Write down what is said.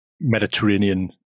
mediterranean